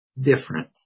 different